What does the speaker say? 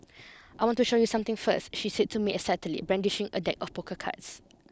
I want to show you something first she said to me excitedly brandishing a deck of poker cards